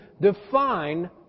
define